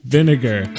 Vinegar